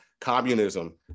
communism